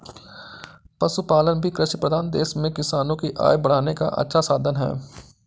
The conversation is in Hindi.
पशुपालन भी कृषिप्रधान देश में किसानों की आय बढ़ाने का अच्छा साधन है